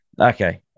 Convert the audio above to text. Okay